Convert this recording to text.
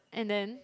and then